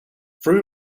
through